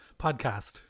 Podcast